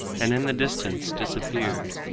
and in the distance disappeared.